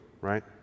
right